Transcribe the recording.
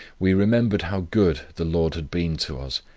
we remembered how good the lord had been to us,